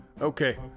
Okay